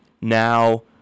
Now